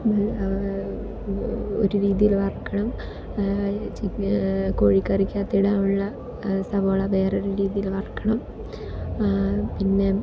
ഒരു രീതിയിൽ വറുക്കണം കോഴിക്കറിക്കകത്ത് ഇടാനുള്ള സവാള വേറെയൊരു രീതിയിൽ വറുക്കണം പിന്നെ